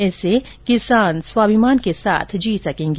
इससे किसान स्वाभिमान के साथ जी सकेगा